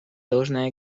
должна